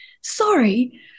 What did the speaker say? Sorry